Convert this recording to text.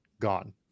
gone